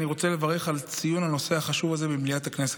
אני רוצה לברך על ציון הנושא החשוב הזה במליאת הכנסת.